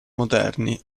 moderni